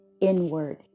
inward